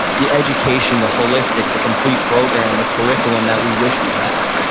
the education, the holistic, the complete program, the curriculum that we wish we had.